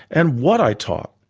and what i taught.